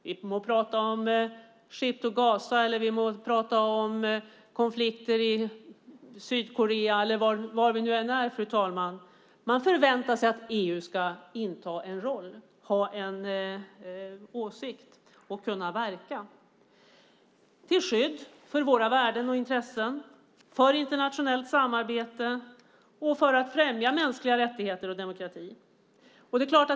Vi må tala om Ship to Gaza, konflikt i Sydkorea eller vad det nu är - man förväntar sig att EU ska inta en roll, ha en åsikt och kunna verka till skydd för våra värden och intressen, för internationellt samarbete och för att främja mänskliga rättigheter och demokrati.